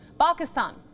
Pakistan